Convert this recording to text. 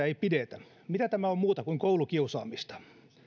ei pidetä mitä tämä on muuta kuin koulukiusaamista